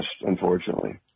unfortunately